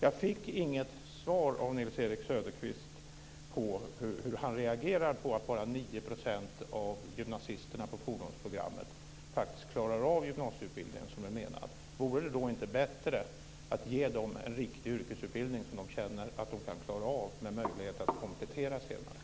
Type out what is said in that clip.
Jag fick inget svar från Nils-Erik Söderqvist på hur han reagerar på att bara 9 % av gymnasisterna på fordonsprogrammet faktiskt klarar av gymnasieutbildningen som det är menat. Vore det inte bättre att ge dem en riktig yrkesutbildning som dem känner att de kan klara av med möjlighet att komplettera senare?